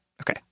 okay